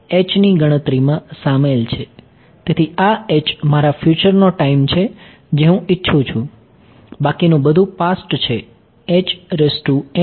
તેથી આ મારા ફ્યુચરનો ટાઈમ છે જે હું ઇચ્છું છું બાકીનું બધું પાસ્ટ છે